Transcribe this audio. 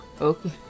Okay